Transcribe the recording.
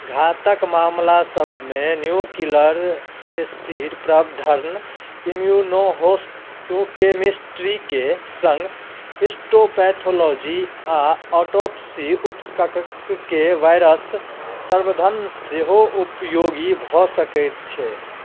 घातक मामलासभ मे न्यूक्लिर एसिड प्रवर्धन इम्यूनोहोस्टोकेमिस्ट्रीके संग हिस्टोपैथोलॉजी आ ऑटोप्सी ऊतक के वायरस संवर्धन सेहो उपयोगी भऽ सकैत छै